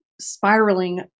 spiraling